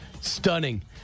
Stunning